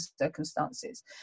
circumstances